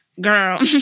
girl